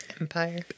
Empire